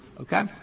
Okay